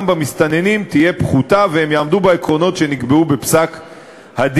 במסתננים תהיה פחותה והם יעמדו בעקרונות שנקבעו בפסק-הדין.